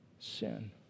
sin